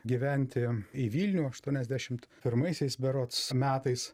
gyventi į vilnių aštuonesdešimt pirmaisiais berods metais